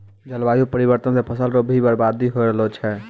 जलवायु परिवर्तन से फसल रो भी बर्बादी हो रहलो छै